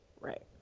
Right